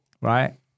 Right